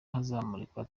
hazamurikwa